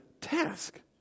task